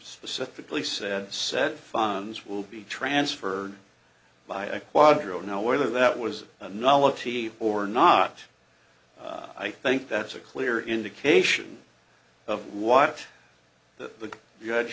pacifically said said funds will be transferred by a quadro now whether that was a novelty or not i think that's a clear indication of what the